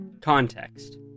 context